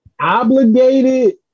Obligated